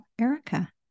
Erica